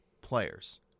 players